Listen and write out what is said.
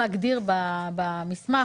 מילר, בבקשה.